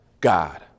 God